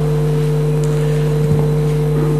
לא שומעים,